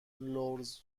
لوزر